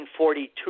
1942